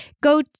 go